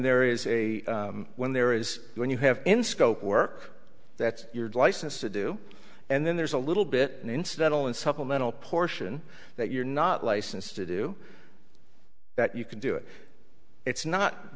there is a when there is when you have in scope work that's your license to do and then there's a little bit incidental in supplemental portion that you're not licensed to do that you can do it it's not